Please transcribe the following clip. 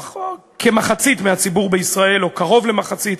לפחות כמחצית מהציבור בישראל או קרוב למחצית,